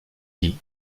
dit